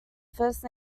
first